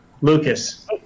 Lucas